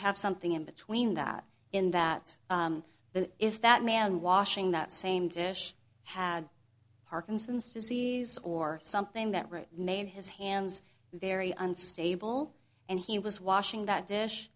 have something in between that in that the if that man washing that same dish had parkinson's disease or something that really made his hands very unstable and he was washing that dish